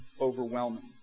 overwhelming